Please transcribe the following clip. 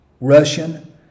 Russian